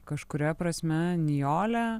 kažkuria prasme nijolė